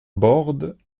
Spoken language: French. bordes